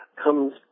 comes